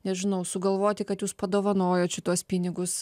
nežinau sugalvoti kad jūs padovanojot šituos pinigus